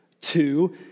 Two